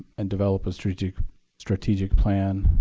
and develop a strategic strategic plan